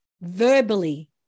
verbally